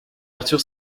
arthur